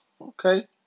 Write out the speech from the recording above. Okay